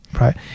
right